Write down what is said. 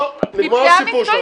לא לא, נגמר הסיפור.